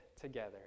together